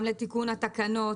גם לתיקון התקנות,